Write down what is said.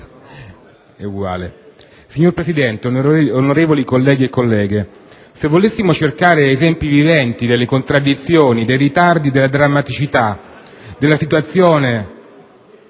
Signor Presidente, onorevoli colleghe e colleghi, se volessimo cercare esempi viventi delle contraddizioni, dei ritardi e della drammaticità della situazione